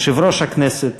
יושב-ראש הכנסת,